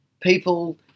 people